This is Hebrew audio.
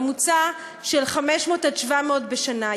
ממוצע של 500 עד 700 בשנה.